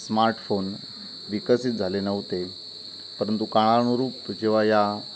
smartphone विकसित झाले नव्हते परंतु काळानुरूप जेव्हा या